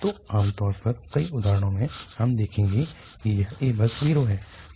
तो आमतौर पर कई उदाहरणों में हम देखेंगे कि यह a बस 0 है